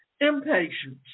Impatience